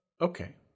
okay